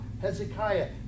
Hezekiah